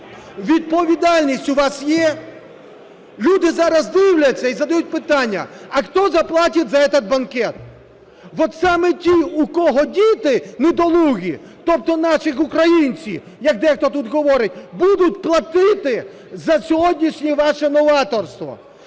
Відповідальність у вас є? Люди зараз дивляться і задають питання, а хто заплатить за этот банкет? От саме ті, у кого діти недолугі, тобто наші українці, як дехто тут говорить, будуть платити за сьогоднішнє ваше новаторство.